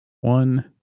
one